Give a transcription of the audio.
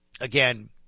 again